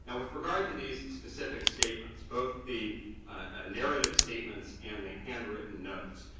and with regard to these specific statements, both the ah narrative statements and the handwritten notes,